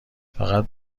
فقط